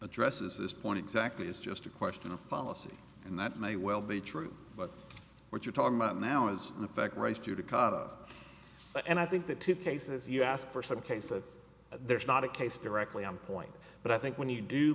addresses this point exactly it's just a question of policy and that may well be true but what you're talking about now is in effect race judicata and i think the two cases you ask for some cases there's not a case directly on point but i think when you do